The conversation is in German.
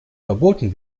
verboten